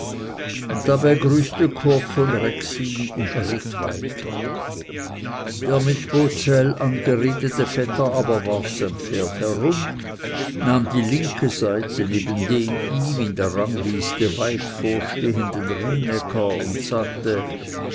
und dabei grüßte kurt von rexin und ritt weiter der mit bozel angeredete vetter aber warf sein pferd herum nahm die linke seite neben dem ihm in der rangliste weit vorstehenden rienäcker und sagte